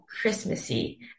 Christmassy